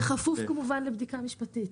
בכפוף, כמובן, לבדיקה משפטית.